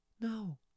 No